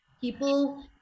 People